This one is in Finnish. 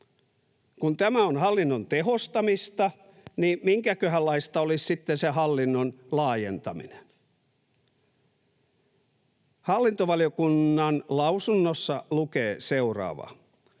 Kun tämä on hallinnon tehostamista, niin minkäköhänlaista olisi sitten se hallinnon laajentaminen? Hallintovaliokunnan lausunnossa lukee seuraavaa: